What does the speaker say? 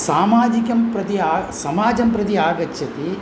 सामाजिकं प्रति आ समाजं प्रति आगच्छति